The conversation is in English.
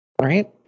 Right